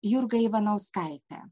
jurga ivanauskaitė